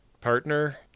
partner